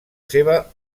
seva